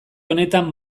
honetan